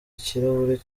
ikirahuri